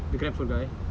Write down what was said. the GrabFood guy